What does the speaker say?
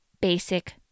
basic